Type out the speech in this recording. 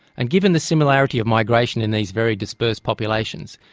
and given the similarity of migration in these very dispersed populations,